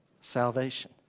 salvation